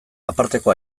aparteko